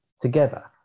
together